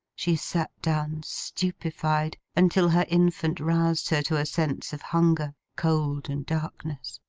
she sat down stupefied, until her infant roused her to a sense of hunger, cold, and darkness.